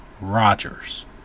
Rogers